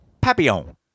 Papillon